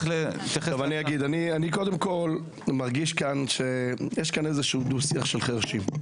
אני מרגיש שיש כאן איזשהו דו-שיח של חרשים.